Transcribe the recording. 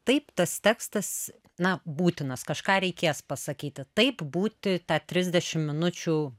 taip tas tekstas na būtinas kažką reikės pasakyti taip būti tą trisdešim minučių